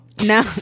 No